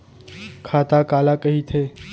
खाता काला कहिथे?